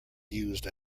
used